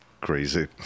crazy